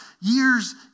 years